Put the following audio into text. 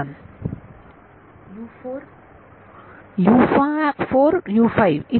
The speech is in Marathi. विद्यार्थी